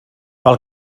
pel